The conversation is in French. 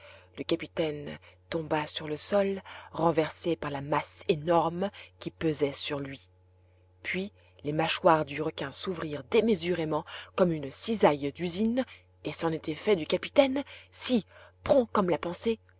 le capitaine tomba sur le sol renversé par la masse énorme qui pesait sur lui puis les mâchoires du requin s'ouvrirent démesurément comme une cisaille d'usine et c'en était fait du capitaine si prompt comme la pensée